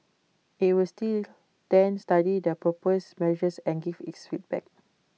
IT was then study the proposed measures and give its feedback